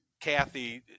Kathy